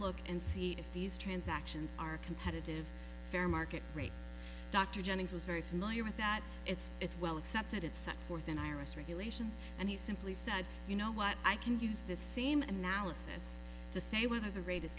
look and see if these transactions are competitive fair market rate dr jennings was very familiar with that it's it's well accepted it set forth in iris regulations and he simply said you know what i can use the same analysis to say whether the greatest